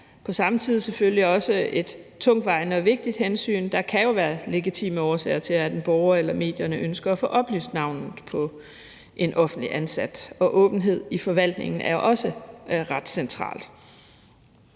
på samme tid selvfølgelig også et tungtvejende og vigtigt hensyn. Der kan jo være legitime årsager til, at en borger eller medierne ønsker at få oplyst navnet på en offentligt ansat, og åbenhed i forvaltningen er også ret centralt.